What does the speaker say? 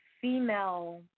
Female